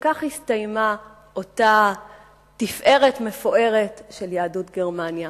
שכך הסתיימה אותה תפארת מפוארת של יהדות גרמניה.